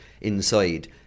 inside